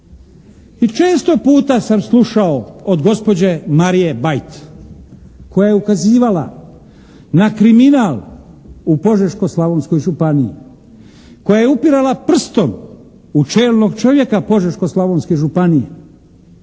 često puta sam slušao od gospođe Marije Bajt koja je ukazivala na kriminal u Požeško-Slavonskoj županiji, koja je upirala prstom u čelnog čovjeka Požeško-Slavonske županije,